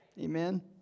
Amen